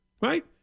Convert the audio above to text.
Right